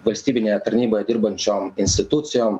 valstybinėje tarnyboje dirbančiom institucijom